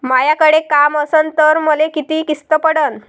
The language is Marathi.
मायाकडे काम असन तर मले किती किस्त पडन?